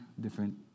different